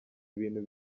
ibintu